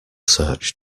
search